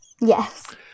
Yes